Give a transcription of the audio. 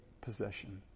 possession